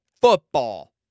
football